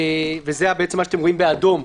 וזה בעצם מה שאתם רואים באדום,